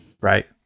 Right